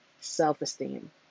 self-esteem